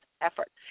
effort